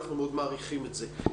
אנחנו מאוד מעריכים את זה.